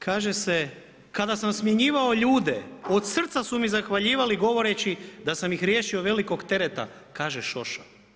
Kaže se kada sam smjenjivao ljude od srca su mi zahvaljivali govoreći da sam ih riješio velikog tereta, kaže Šošo.